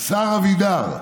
השר אבידר: